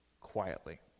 quietly